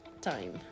time